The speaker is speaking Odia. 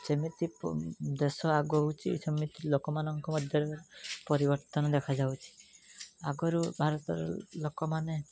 ଯେମିତି ଦେଶ ଆଗଉଛି ସେମିତି ଲୋକମାନଙ୍କ ମଧ୍ୟରେ ପରିବର୍ତ୍ତନ ଦେଖାଯାଉଛି ଆଗୁରୁ ଭାରତର ଲୋକମାନେ